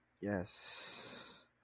Yes